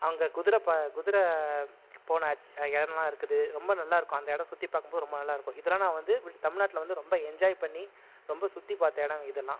அவங்க குதிரை குதிரை போன இடமெல்லாம் இருக்குது ரொம்ப நல்லாயிருக்கும் அந்த இடம் சுற்றி பார்க்கும் போது ரொம்ப நல்லாயிருக்கும் இதெல்லாம் நான் வந்து தமிழ்நாட்டில் வந்து ரொம்ப என்ஜாய் பண்ணி ரொம்ப சுற்றிப் பார்த்த இடம் இதெல்லாம்